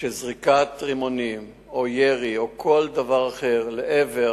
שזריקת רימונים או ירי או כל דבר אחד לעבר